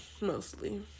Mostly